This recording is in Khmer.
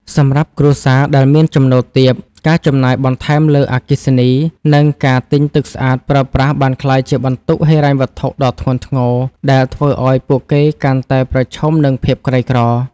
សម្រាប់គ្រួសារដែលមានចំណូលទាប ការចំណាយបន្ថែមលើអគ្គិសនី និងការទិញទឹកស្អាតប្រើប្រាស់បានក្លាយជាបន្ទុកហិរញ្ញវត្ថុដ៏ធ្ងន់ធ្ងរ ដែលធ្វើឱ្យពួកគេកាន់តែប្រឈមនឹងភាពក្រីក្រ។